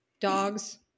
Dogs